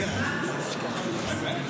בבקשה.